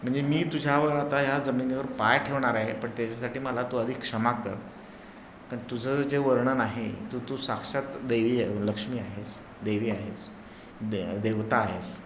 म्हणजे मी तुझ्यावर आता ह्या जमिनीवर पाय ठेवणार आहे पण त्याच्यासाठी मला तू आधी क्षमा कर कारण तुझं जे वर्णन आहे तर तू साक्षात देवी लक्ष्मी आहेस देवी आहेस द देवता आहेस